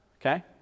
Okay